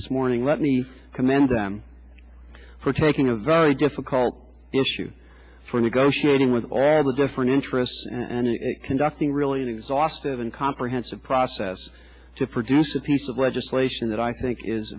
this morning let me commend them for taking a very difficult issue for negotiating with all of the different interests and conducting really an exhaustive and comprehensive process to produce a piece of legislation that i think is